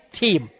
team